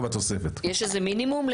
לא רשתות שיש להן את המכונה הזאת.